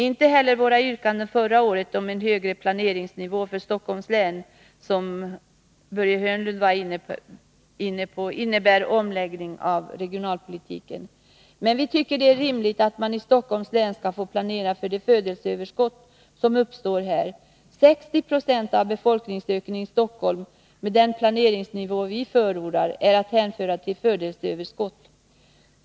Inte heller våra yrkanden förra året om en högre planeringsnivå för Stockholms län, som Börje Hörnlund var inne på, innebär en omläggning av regionalpolitiken. Men vi tycker att det är rimligt att man i Stockholms län skall få planera för det födelseöverskott som uppstår här. 60 90 av befolkningsökningen i Stockholm, med den planeringsnivå vi förordar, är att hänföra till födelseöverskott.